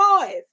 boys